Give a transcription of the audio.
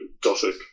Gothic